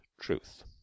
truth